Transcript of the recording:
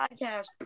Podcast